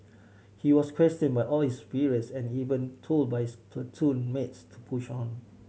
he was questioned by all his superiors and even told by his platoon mates to push on